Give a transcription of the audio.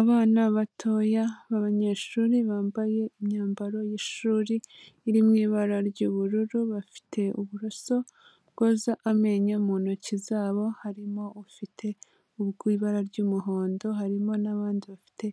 Abana batoya b'abanyeshuri bambaye imyambaro y'ishuri iri mu ibara ry'ubururu bafite uburoso bwoza amenyo mu ntoki zabo harimo ufite ubw'ibara ry'umuhondo, harimo n'abandi bafite